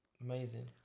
amazing